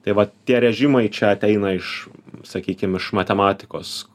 tai va tie režimai čia ateina iš sakykim iš matematikos